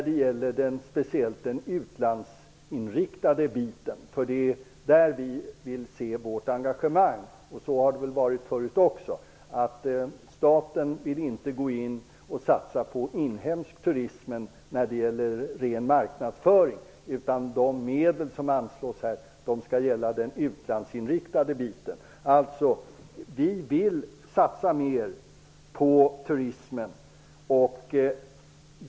Det gäller främst den utlandsinriktade delen. Det är där vi vill se ett engagemang, och så har det också varit förut. Staten vill inte gå in och satsa på inhemsk turism, när det gäller ren marknadsföring. De medel som här anslås skall gå till den utlandsinriktade delen. Vi nydemokrater vill satsa mer på turismen.